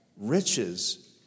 riches